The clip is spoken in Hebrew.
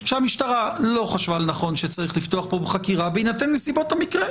שהמשטרה לא חשבה לנכון שצריך לפתוח פה בחקירה בהינתן נסיבות המקרה.